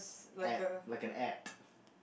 ad like an ad